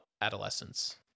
adolescence